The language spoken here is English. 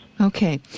Okay